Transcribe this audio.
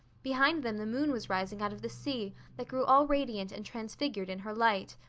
behind them the moon was rising out of the sea that grew all radiant and transfigured in her light.